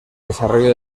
desarrollo